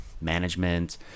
management